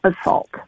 assault